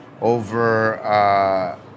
over